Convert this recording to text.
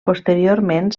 posteriorment